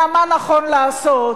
בשאלה מה נכון לעשות,